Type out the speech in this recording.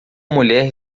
mulher